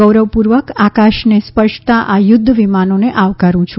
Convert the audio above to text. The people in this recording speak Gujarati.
ગૌરવપૂર્વક આકાશને સ્પર્શતા આ યુદ્ધ વિમાનોને આવકરું છુ